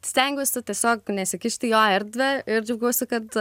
stengiuosi tiesiog nesikišti į jo erdvę ir džiaugiuosi kad